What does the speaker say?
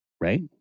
right